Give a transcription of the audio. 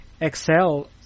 excel